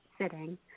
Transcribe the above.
sitting